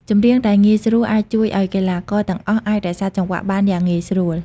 ចម្រៀងដែលងាយស្រួលអាចជួយឲ្យកីឡាករទាំងអស់អាចរក្សាចង្វាក់បានយ៉ាងងាយស្រួល។